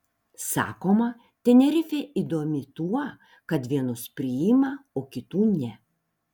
sakoma tenerifė įdomi tuo kad vienus priima o kitų ne